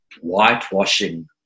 whitewashing